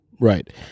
Right